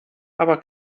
aber